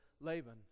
Laban